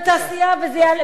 לתעשייה, אבל זה יעלה.